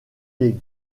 des